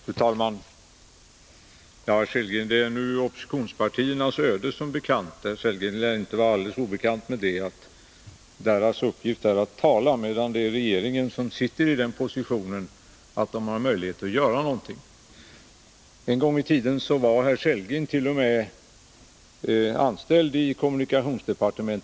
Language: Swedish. Fru talman! Som bekant är det oppositionspartiernas öde eller uppgift — herr Sellgren lär inte vara alldeles obekant med det — att bara tala, medan det är regeringen som är i den positionen att den har möjligheter att göra någonting. En gång i tiden var herr Sellgren t.o.m. anställd vid kommunikationsdepartementet.